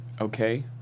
Okay